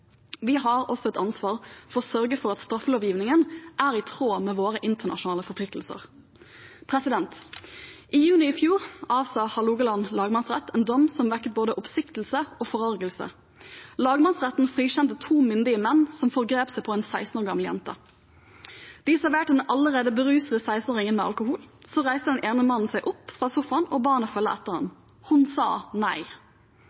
Vi har også et ansvar for å sørge for at straffelovgivningen er i tråd med våre internasjonale forpliktelser. I juni i fjor avsa Hålogaland lagmannsrett en dom som vekket både oppsikt og forargelse. Lagmannsretten frikjente to myndige menn som forgrep seg på en 16 år gammel jente. De serverte den allerede berusede 16-åringen alkohol, så reiste den ene mannen seg opp fra sofaen og